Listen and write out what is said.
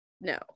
No